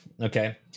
okay